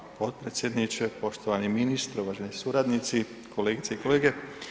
Hvala potpredsjedniče, poštovani ministre, uvaženi suradnici, kolegice i kolege.